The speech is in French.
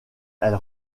elle